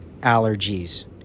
allergies